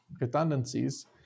redundancies